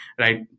right